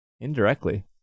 indirectly